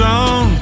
on